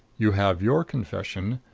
you have your confession,